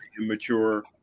Immature